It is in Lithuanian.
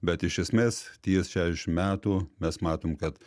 bet iš esmės ties šešiasdešimt metų mes matom kad